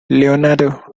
leonardo